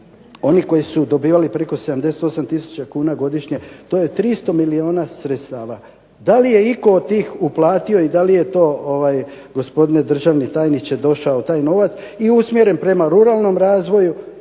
bi koji su dobivali preko 78 tisuća kuna godišnje, to je 300 milijuna sredstava. Da li je itko od njih uplatio i da li je to gospodine državni tajniče došao taj novac i usmjeren prema ruralnom razvoju